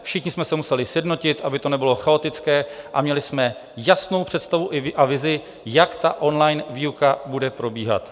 Všichni jsme se museli sjednotit, aby to nebylo chaotické, a měli jsme jasnou představu a vizi, jak online výuka bude probíhat.